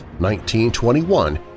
1921